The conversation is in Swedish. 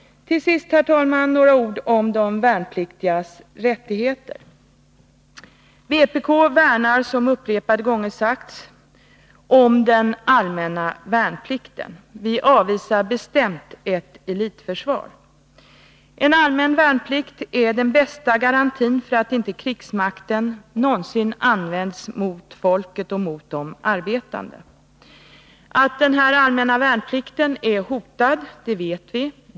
Till sist, herr talman, några ord om de värnpliktigas rättigheter. Vpk värnar, som upprepade gånger sagts, om den allmänna värnplikten. Men vi avvisar bestämt ett elitförsvar. En allmän värnplikt är den bästa garantin för att krigsmakten inte någonsin skall användas mot folket och mot de arbetande. Att den allmänna värnplikten är hotad vet vi.